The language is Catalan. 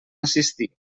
assistir